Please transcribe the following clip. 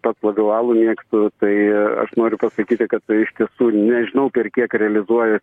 pats labiau alų mėgstu tai aš noriu pasakyti kad iš tiesų nežinau per kiek realizuoja